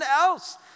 else